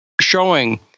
showing